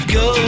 go